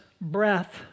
breath